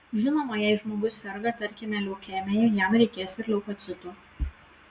žinoma jei žmogus serga tarkime leukemija jam reikės ir leukocitų